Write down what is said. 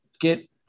Get